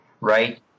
right